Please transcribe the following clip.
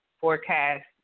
forecast